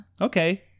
okay